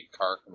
car